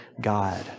God